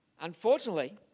Unfortunately